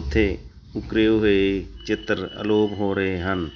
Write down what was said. ਉੱਥੇ ਉਕਰੇ ਹੋਏ ਚਿੱਤਰ ਅਲੋਪ ਹੋ ਰਹੇ ਹਨ